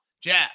Jazz